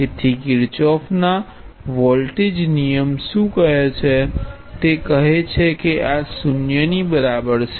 તેથી કિરચોફના વોલ્ટેજ નિયમ શું કહે છે તે કહે છે કે આ 0 ની બરાબર છે